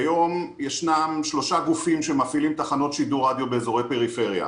כיום יש שלושה גופים שמפעילים תחנות שידור רדיו באזורי פריפריה.